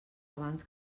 abans